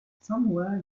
somewhere